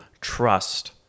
trust